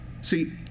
See